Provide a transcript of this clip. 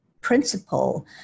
principle